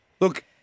Look